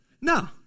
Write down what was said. No